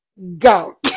Go